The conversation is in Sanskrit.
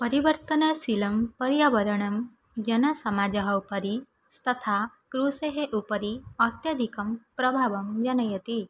परिवर्तनशीलं पर्यावरणं जनसमाजः उपरि तथा कृषेः उपरि अत्यधिकं प्रभावं जनयति